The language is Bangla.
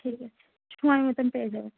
ঠিক আছে সময় মতন পেয়ে যাবেন